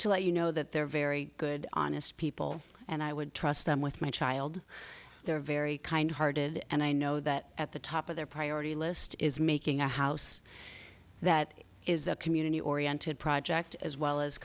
to let you know that they're very good honest people and i would trust them with my child they're very kind hearted and i know that at the top of their priority list is making a house that is a community oriented project as well as